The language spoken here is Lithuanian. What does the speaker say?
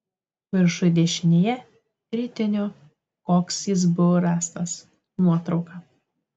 viršuj dešinėje ritinio koks jis buvo rastas nuotrauka